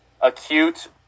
Acute